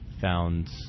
found